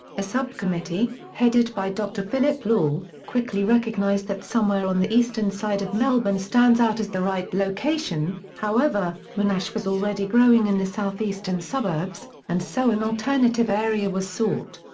a subcommittee, headed by dr phillip law, quickly recognised that somewhere on the eastern side of melbourne stands out as the right location, however, monash was already growing in the southeastern suburbs, and so an alternative area was sought.